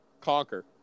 conquer